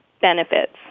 benefits